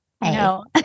No